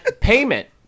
Payment